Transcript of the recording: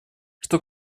что